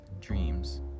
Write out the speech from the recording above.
dreams